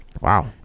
Wow